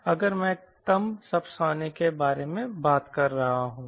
अगर मैं कम सबसोनिक के बारे में बात कर रहा हूं